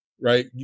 Right